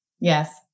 Yes